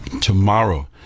tomorrow